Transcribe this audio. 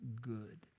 good